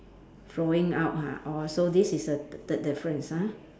flowing out ha orh so this is a t~ third difference ah